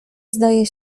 zdaje